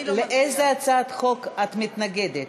לאיזה הצעת חוק את מתנגדת?